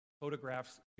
photographs